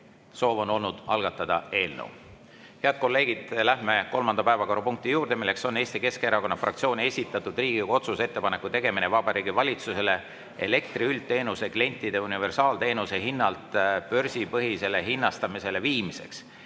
soov on olnud algatada eelnõu. Head kolleegid, läheme kolmanda päevakorrapunkti juurde, mis on Eesti Keskerakonna fraktsiooni esitatud Riigikogu otsuse "Ettepaneku tegemine Vabariigi Valitsusele elektri üldteenuse klientide universaalteenuse hinnalt börsipõhisele hinnastamisele viimiseks"